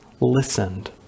listened